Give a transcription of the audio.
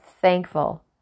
thankful